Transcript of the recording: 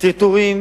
טרטורים